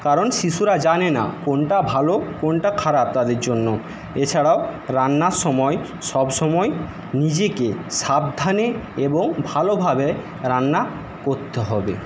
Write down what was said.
কারণ শিশুরা জানে না কোনটা ভালো কোনটা খারাপ তাদের জন্য এছাড়াও রান্নার সময় সবসময় নিজেকে সাবধানে এবং ভালোভাবে রান্না করতে হবে